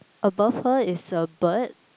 above her is a bird